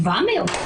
אז היה מדובר ב-700.